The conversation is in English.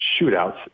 shootouts